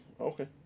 okay